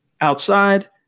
outside